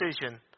decision